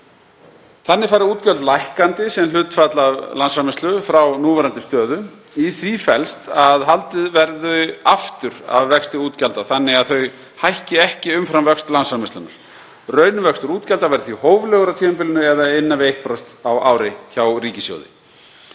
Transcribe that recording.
Þannig fari útgjöld lækkandi sem hlutfall af vergri landsframleiðslu frá núverandi stöðu. Í því felst að haldið verði aftur af vexti útgjalda þannig að þau hækki ekki umfram vöxt landsframleiðslunnar. Raunvöxtur útgjalda verði því hóflegur á tímabilinu eða innan við 1% á ári hjá ríkissjóði.